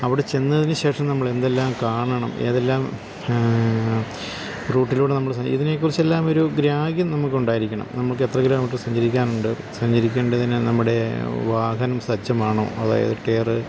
അവിടെ ചെന്നതിന് ശേഷം നമ്മൾ എന്തെല്ലാം കാണണം ഏതെല്ലാം റൂട്ടിലൂടെ നമ്മള് സഞ്ചരിക്കണം ഇതിനെക്കുറിച്ചെല്ലാം ഒരു ഗ്രാഹ്യം നമുക്കുണ്ടായിരിക്കണം നമുക്കെത്ര കിലോമീറ്റർ സഞ്ചരിക്കാനുണ്ട് സഞ്ചരിക്കേണ്ടതിന് നമ്മുടെ വാഹനം സജ്ജമാണോ അതായത് ടയറ്